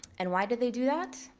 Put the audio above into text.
and why did they do that?